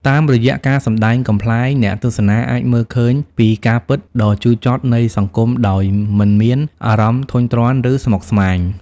តាមរយៈការសម្ដែងកំប្លែង អ្នកទស្សនាអាចមើលឃើញពីការពិតដ៏ជូរចត់នៃសង្គមដោយមិនមាន អារម្មណ៍ធុញទ្រាន់ ឬស្មុគស្មាញ។